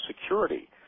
security